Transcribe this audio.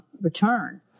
return